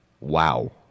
Wow